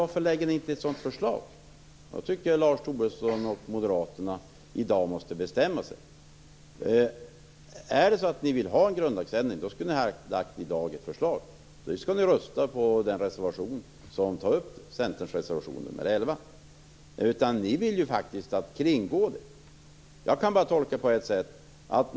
Varför lägger ni inte fram ett sådant förslag? Jag tycker att Lars Tobisson och Moderaterna måste bestämma sig. Om ni vill ha en grundlagsändring skulle ni ha lagt fram ett förslag i dag. Då skall ni rösta på den reservation som tar upp frågan, dvs. Ni vill faktiskt kringgå detta. Jag kan bara tolka det på ett sätt.